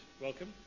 welcome